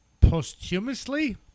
posthumously